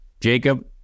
Jacob